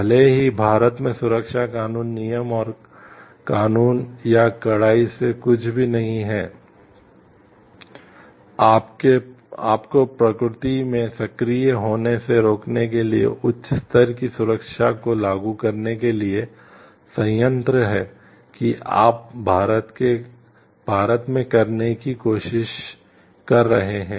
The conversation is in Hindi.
भले ही भारत में सुरक्षा कानून नियम और कानून या कड़ाई से कुछ भी नहीं है आपको प्रकृति में सक्रिय होने से रोकने के लिए उच्च स्तर की सुरक्षा को लागू करने के लिए संयंत्र है कि आप भारत में करने की कोशिश कर रहे हैं